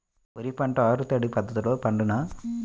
వరి పంట ఆరు తడి పద్ధతిలో పండునా?